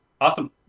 Awesome